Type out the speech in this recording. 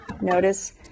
Notice